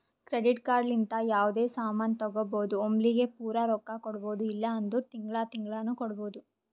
credit card ಲಿಂತ ಯಾವ್ದೇ ಸಾಮಾನ್ ತಗೋಬೋದು ಒಮ್ಲಿಗೆ ಪೂರಾ ರೊಕ್ಕಾ ಕೊಡ್ಬೋದು ಇಲ್ಲ ಅಂದುರ್ ತಿಂಗಳಾ ತಿಂಗಳಾನು ಕೊಡ್ಬೋದು